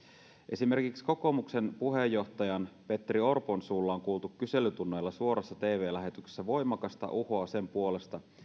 esimerkiksi kokoomuksen puheenjohtajan petteri orpon suulla on kuultu kyselytunneilla suorassa tv lähetyksessä voimakasta uhoa sen puolesta